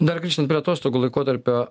dar grįžtant prie atostogų laikotarpio